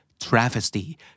Travesty